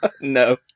No